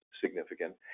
significant